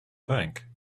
bank